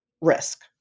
risk